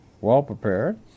well-prepared